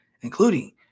including